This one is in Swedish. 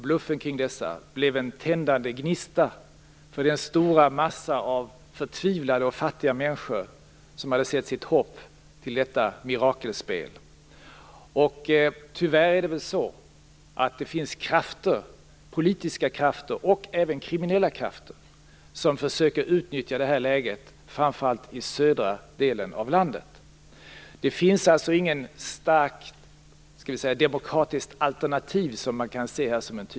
Bluffen kring pyramidspelen blev en tändande gnista för den stora massa av förtvivlade och fattiga människor som hade satt sitt hopp till detta mirakelspel. Tyvärr finns det politiska krafter, och även kriminella krafter, som försöker utnyttja det här läget, framför allt i södra delen av landet. Man kan alltså inte tydligt se något starkt demokratiskt alternativ här.